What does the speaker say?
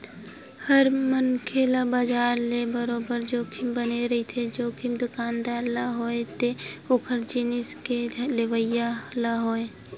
हर मनखे ल बजार ले बरोबर जोखिम बने रहिथे, जोखिम दुकानदार ल होवय ते ओखर जिनिस के लेवइया ल होवय